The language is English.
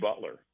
Butler